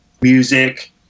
music